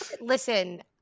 Listen